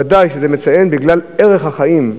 ודאי שזה בגלל ערך החיים,